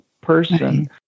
person